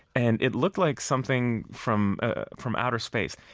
and it looked like something from ah from outer space.